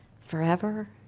forever